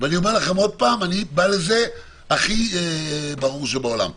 אני אומר לכם עוד פעם: אני בא לזה הכי ברור שבעולם.